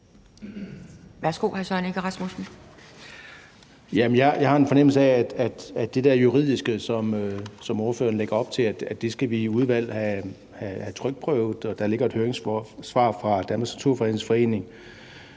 Egge Rasmussen (EL): Jamen jeg har en fornemmelse af, at det der juridiske, som ordføreren lægger op til, skal vi have trykprøvet i udvalget. Der ligger også et høringssvar fra Danmarks Naturfredningsforening,